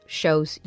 shows